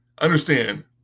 Understand